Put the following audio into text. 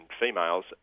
females